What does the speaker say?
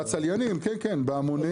הצליינים בהמוניהם.